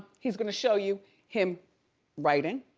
he's gonna show you him writing,